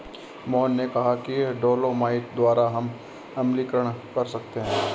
मोहन ने कहा कि डोलोमाइट द्वारा हम अम्लीकरण कर सकते हैं